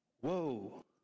whoa